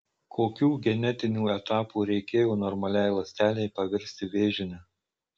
kokių genetinių etapų reikėjo normaliai ląstelei pavirsti vėžine